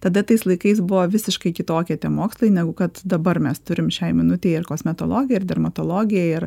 tada tais laikais buvo visiškai kitokie tie mokslai negu kad dabar mes turim šiai minutei ir kosmetologija ir dermatologija ir